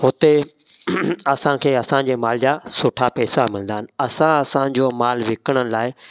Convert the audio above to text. हुते असांखे असांजे माल जा सुठा पैसा मिलंदा आहिनि असां असांजो मालु विकिणण लाइ